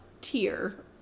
tier